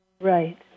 Right